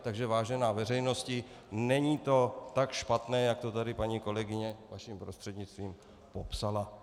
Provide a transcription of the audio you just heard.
Takže vážená veřejnosti, není to tak špatné, jak to tady paní kolegyně, vaším prostřednictvím, popsala.